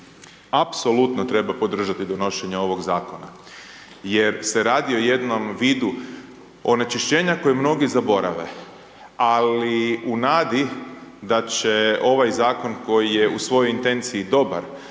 apsolutno treba podržati donošenje ovog zakona jer se radi o jednom vidu onečišćenja koje mnogi zaborave. Ali u nadi da će ovaj zakon koji je u svojoj intenciji dobar,